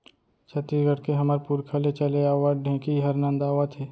छत्तीसगढ़ के हमर पुरखा ले चले आवत ढेंकी हर नंदावत हे